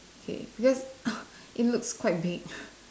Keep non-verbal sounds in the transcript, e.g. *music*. okay because *breath* it looks quite big *breath*